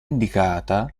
indicata